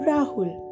Rahul